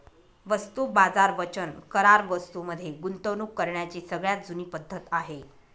वस्तू बाजार वचन करार वस्तूं मध्ये गुंतवणूक करण्याची सगळ्यात जुनी पद्धत आहे